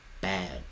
Bad